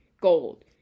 gold